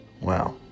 Wow